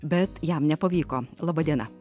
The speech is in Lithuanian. bet jam nepavyko laba diena